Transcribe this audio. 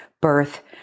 birth